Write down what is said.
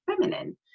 feminine